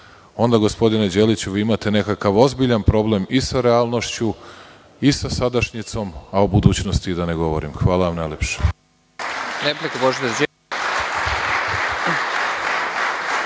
onda, gospodine Đeliću, vi imate nekakav ozbiljan problem i sa realnošću i sa sadašnjicom, a o budućnosti da ne govorimo. Hvala. **Nebojša